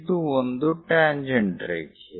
ಇದು ಒಂದು ಟ್ಯಾಂಜೆಂಟ್ ರೇಖೆ